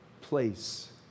place